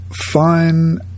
fine